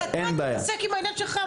אבל אתה בוא תתעסק עם העניין שלך.